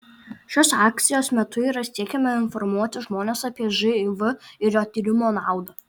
šios akcijos metu yra siekiama informuoti žmones apie živ ir jo tyrimo naudą